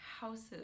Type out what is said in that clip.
houses